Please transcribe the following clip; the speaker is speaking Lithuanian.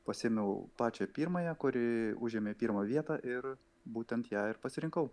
pasiėmiau pačią pirmąją kuri užėmė pirmą vietą ir būtent ją ir pasirinkau